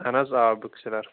اَہَن حظ آ بُک سیلر